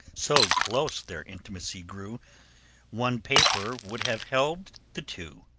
so close their intimacy grew one paper would have held the two.